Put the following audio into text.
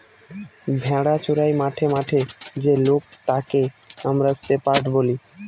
ভেড়া চোরাই মাঠে মাঠে যে লোক তাকে আমরা শেপার্ড বলি